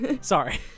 sorry